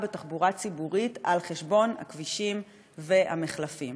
בתחבורה ציבורית על חשבון הכבישים והמחלפים.